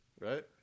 Right